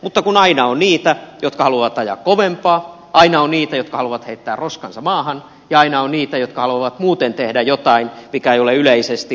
mutta kun aina on niitä jotka haluavat ajaa kovempaa aina on niitä jotka haluavat heittää roskansa maahan ja aina on niitä jotka haluavat muuten tehdä jotain mikä ei ole yleisesti hyväksyttävää